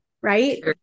Right